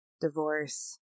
divorce